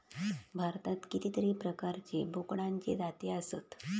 भारतात कितीतरी प्रकारचे बोकडांचे जाती आसत